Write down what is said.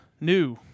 new